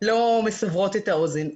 לא מסברות את האוזן.